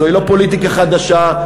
זוהי לא פוליטיקה חדשה,